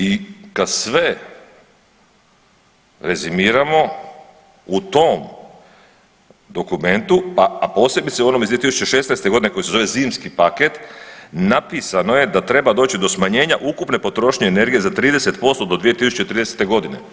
I kad sve rezimiramo u tom dokumentu, a posebice u onom iz 2016. godine koji se zove zimski paket napisano je da treba doći do smanjenja ukupne potrošnje energije za 30% do 2030. godine.